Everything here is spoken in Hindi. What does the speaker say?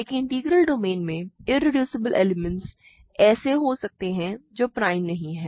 एक इंटीग्रल डोमेन में इरेड्यूसिबल एलिमेंट्स ऐसे हो सकते हैं जो प्राइम नहीं हैं